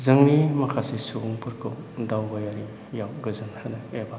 जोंनि माखासे सुबुंफोरखौ दावबायारियाव गोजोन होनो एबा